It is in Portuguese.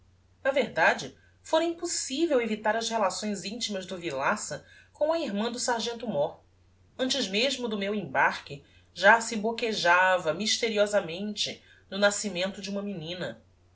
na verdade fôra impossivel evitar as relações intimas do villaça com a irmã do sargento mór antes mesmo do meu embarque já se boquejava mysteriosamente no nascimento de uma menina